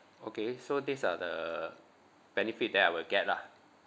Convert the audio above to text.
okay so these are the benefit that I will get lah